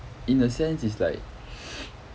in a sense is like